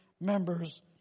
members